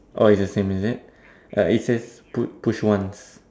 oh it's the same is it uh it says pu~ push ones